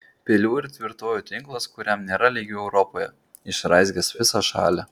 pilių ir tvirtovių tinklas kuriam nėra lygių europoje išraizgęs visą šalį